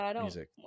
music